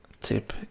tip